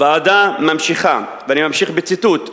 הוועדה ממשיכה, ואני ממשיך בציטוט: